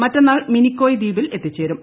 മറ്റെന്നാൾ മിനിക്കോയ് ദ്വീപിൽ എത്തിച്ചേരും